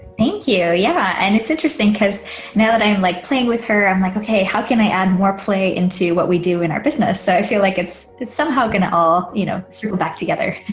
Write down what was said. thank you yeah and it's interesting because now that i'm like playing with her and i'm like okay how can i add more play into what we do in our business so i feel like it's it's somehow going to all you know through back together.